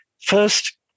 First